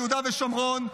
ליהודה ושומרון,